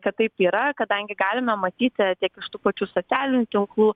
kad taip yra kadangi galime matyti tiek iš tų pačių socialinių tinklų